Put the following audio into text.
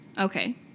Okay